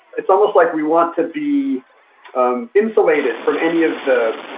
it's almost like we want to be um insulated from any of the